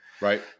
right